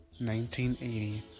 1980